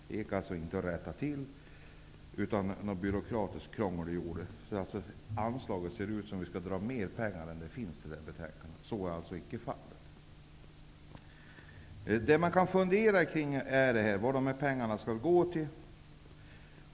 Det gick inte att rätta till detta, utan byråkratiskt krångel gör att det ser ut som om vi vill dra bort mer pengar än det finns i anslaget. Så är icke fallet. Jag funderar vad pengarna skall gå till.